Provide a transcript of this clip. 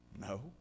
No